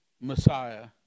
Messiah